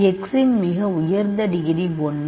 X இன் மிக உயர்ந்த டிகிரி 1